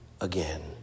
again